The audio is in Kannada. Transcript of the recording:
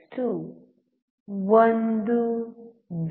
5 1